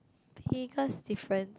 biggest different